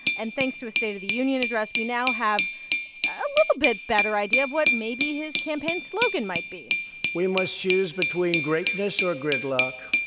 and thanks to his state of the union address, we now have a little better idea of what, maybe, his campaign slogan might be we must choose between greatness or gridlock,